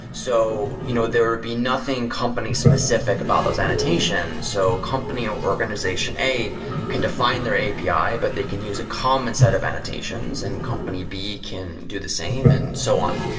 so, you know there will be nothing company specific about those annotations. so company organization a can to find their api, but they can use a common set of annotations, and company b can do the same, and so on.